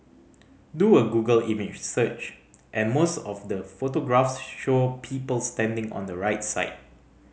do a Google image search and most of the photographs show people standing on the right side